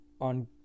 on